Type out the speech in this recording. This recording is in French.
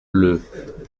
bleues